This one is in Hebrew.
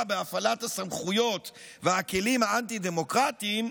בהפעלת הסמכויות והכלים האנטי-דמוקרטיים,